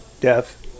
death